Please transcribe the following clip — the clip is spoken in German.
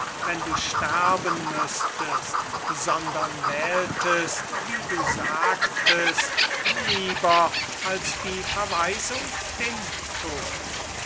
wenn du sterben müßtest sondern wähltest wie du sagtest lieber als die verweisung den tod